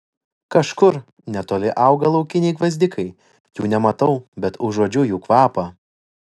kažkur netoli auga laukiniai gvazdikai jų nematau bet užuodžiu jų kvapą